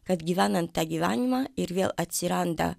kad gyvenant tą gyvenimą ir vėl atsiranda